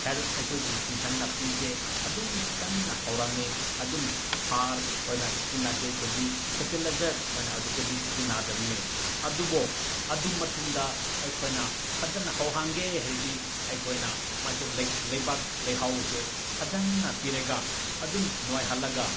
ꯍꯦꯜ ꯑꯩꯈꯣꯏꯒꯤ ꯑꯦꯟꯁꯥꯡ ꯅꯥꯄꯤꯁꯦ ꯑꯗꯨꯝ ꯐꯖꯅ ꯍꯧꯔꯝꯃꯤ ꯑꯗꯨꯝ ꯍꯥꯔ ꯑꯣꯏꯅ ꯁꯤꯖꯤꯟꯅꯗꯦ ꯑꯩꯈꯣꯏꯗꯤ ꯐꯔꯇꯤꯂꯥꯏꯖꯔ ꯑꯣꯏꯅ ꯑꯩꯈꯣꯏꯗꯤ ꯁꯤꯖꯤꯟꯅꯗꯕꯅꯦ ꯑꯗꯨꯕꯨ ꯑꯗꯨ ꯃꯇꯨꯡꯗ ꯑꯩꯈꯣꯏꯅ ꯐꯖꯅ ꯍꯧꯍꯟꯒꯦ ꯍꯥꯏꯔꯗꯤ ꯑꯩꯈꯣꯏꯅ ꯃꯁꯤ ꯂꯩꯕꯥꯛ ꯂꯩꯍꯥꯎꯁꯦ ꯐꯖꯅ ꯄꯤꯔꯒ ꯑꯗꯨꯝ ꯅꯣꯏꯍꯜꯂꯒ